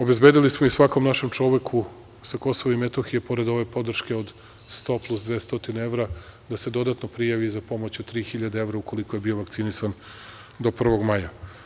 Obezbedili smo i svakom našem čoveku sa Kosova i Metohije, pored ove podrške od 100 plus 200 evra, da se dodatno prijavi i za pomoć od 3.000 ukoliko je bio vakcinisan do 1. maja.